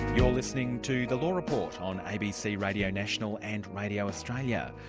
you're listening to the law report on abc radio national and radio australia.